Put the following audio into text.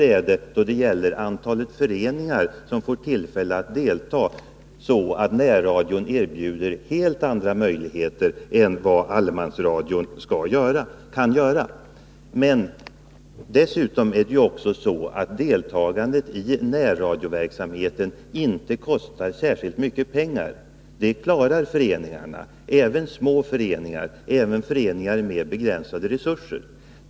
När det gäller antalet föreningar som får tillfälle att delta erbjuder närradion helt andra möjligheter än allemansradion kan göra. Dessutom kostar deltagande i närradioverksamheten inte särskilt mycket pengar. Det klarar föreningarna, även små föreningar och även föreningar med begränsade resurser.